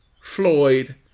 Floyd